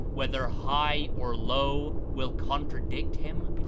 whether high or low, will contradict him?